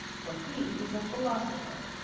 for he was a philosopher.